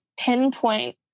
pinpoint